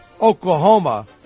Oklahoma